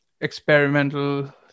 experimental